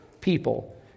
people